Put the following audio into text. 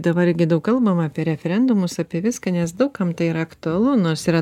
dabar irgi daug kalbama apie referendumus apie viską nes daug kam tai yra aktualu nors yra